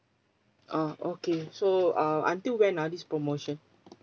ah okay so uh until when ah this promotion